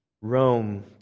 Rome